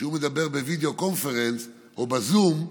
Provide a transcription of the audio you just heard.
כשהוא מדבר ב-video conference או בזום,